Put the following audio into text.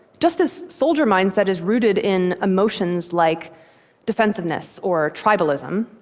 just as soldier mindset is rooted in emotions like defensiveness or tribalism,